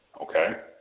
Okay